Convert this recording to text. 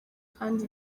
kandi